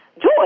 joy